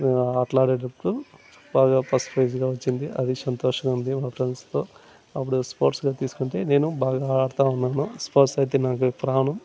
ఆటలాడేటప్పుడు బాగా ఫస్ట్ ప్రైజ్గా వచ్చింది అది సంతోషంగా ఉంది మా ఫ్రెండ్స్తో అప్పుడు స్పోర్ట్స్గా తీసుకుంటే నేను బాగా ఆడతూ ఉన్నాను స్పోర్ట్స్ అయితే నాకు ప్రాణం